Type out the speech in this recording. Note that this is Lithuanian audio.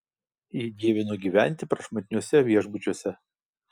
ji dievino gyventi prašmatniuose viešbučiuose